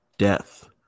Death